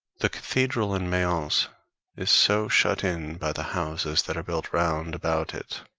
the cathedral in mayence is so shut in by the houses that are built round about it,